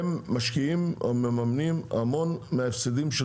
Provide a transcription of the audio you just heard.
הם משקיעים ומממנים המון מההפסדים של